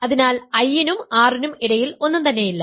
അതിനാൽ I നും R നും ഇടയിൽ ഒന്നും തന്നെയില്ല